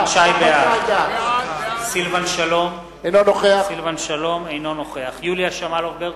בעד סילבן שלום, אינו נוכח יוליה שמאלוב-ברקוביץ,